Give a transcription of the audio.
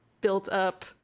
built-up